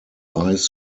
ice